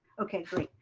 okay great,